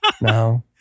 No